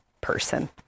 person